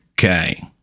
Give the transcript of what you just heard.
Okay